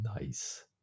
Nice